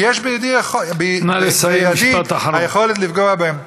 כי יש בידי היכולת לפגוע בהם?